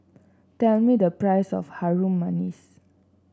tell me the price of Harum Manis